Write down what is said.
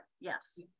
yes